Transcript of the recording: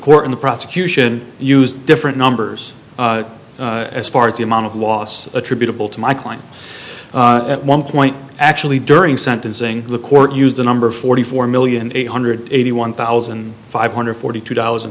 court in the prosecution used different numbers as far as the amount of loss attributable to my client at one point actually during sentencing the court used a number of forty four million eight hundred eighty one thousand five hundred forty two dollars and